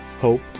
hope